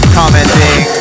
commenting